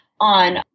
on